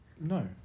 No